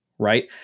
Right